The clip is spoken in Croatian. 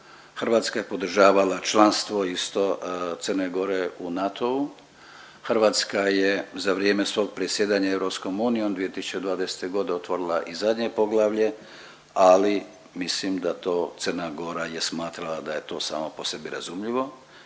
Hrvatska je podržavala članstvo isto Crne Gore u NATO-u. Hrvatska je za vrijeme svog predsjedanja EU 2020. godine otvorila i zadnje poglavlje ali mislim da to Crna Gora je smatrala da je to samo po sebi razumljivo,